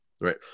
Right